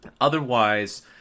Otherwise